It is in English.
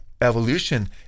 evolution